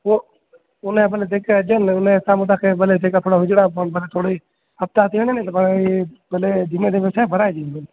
उहो उन जा पाण जेके हुजनि उन जे समुहूं तव्हां खे भले जेका थोरा विझुड़ा पवनि भले थोरो ई हफ़्ता था वञनि त पाण ईअं ई भले धीमे धीमे छाहे बढ़ाए ॾींदुमि